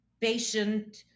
patient